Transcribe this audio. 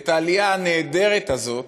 את העלייה הנהדרת הזאת,